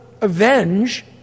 avenge